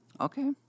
Okay